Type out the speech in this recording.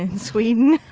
and sweden.